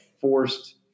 forced